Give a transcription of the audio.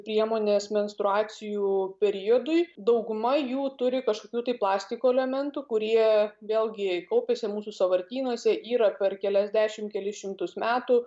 priemonės menstruacijų periodui dauguma jų turi kažkokių tai plastiko elementų kurie vėlgi kaupiasi mūsų sąvartynuose yra per keliasdešim kelis šimtus metų